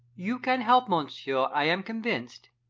you can help, monsieur, i am convinced,